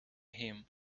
him